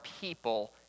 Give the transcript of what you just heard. people